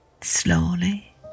Slowly